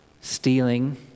stealing